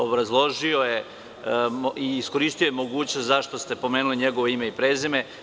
Obrazložio je i iskoristio mogućnost zato što ste pomenuli njegovo ime i prezime.